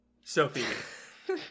sophie